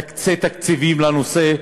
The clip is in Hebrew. תקצה תקציבים לנושא,